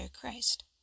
Christ